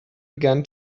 began